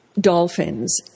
dolphins